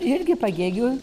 irgi pagėgių